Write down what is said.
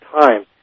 time